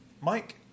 Mike